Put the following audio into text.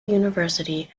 university